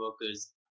workers